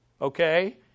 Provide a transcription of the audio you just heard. Okay